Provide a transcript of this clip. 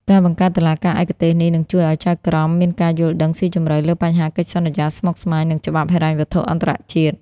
ការបង្កើតតុលាការឯកទេសនេះនឹងជួយឱ្យចៅក្រមមានការយល់ដឹងស៊ីជម្រៅលើបញ្ហាកិច្ចសន្យាស្មុគស្មាញ និងច្បាប់ហិរញ្ញវត្ថុអន្តរជាតិ។